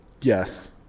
Yes